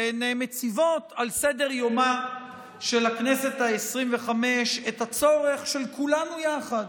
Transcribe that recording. והן מציבות על סדר-יומה של הכנסת העשרים-וחמש את הצורך של כולנו יחד,